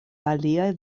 aliaj